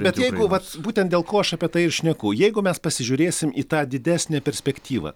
net jeigu vat būtent dėl ko aš apie tai ir šneku jeigu mes pasižiūrėsim į tą didesnę perspektyvą